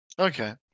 Okay